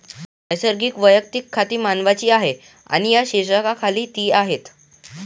नैसर्गिक वैयक्तिक खाती मानवांची आहेत आणि या शीर्षकाखाली ती आहेत